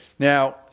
Now